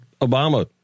Obama